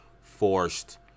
forced –